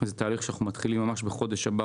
וזה תהליך שאנחנו מתחילים ממש בחודש הבא,